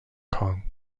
kong